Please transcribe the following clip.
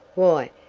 why,